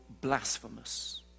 blasphemous